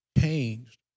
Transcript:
changed